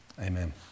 amen